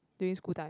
during school time